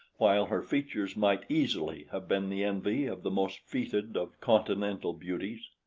while her features might easily have been the envy of the most feted of continental beauties.